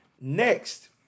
Next